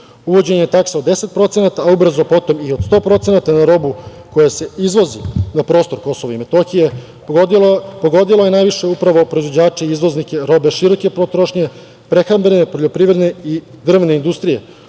Uvođenje takse od 10%, a ubrzo potom i od 100% na robu koja se izvozi na prostor KiM, pogodilo je najviše, upravo proizvođače, izvoznike robe široke potrošnje, prehrambene, poljoprivredne i drvne industrije.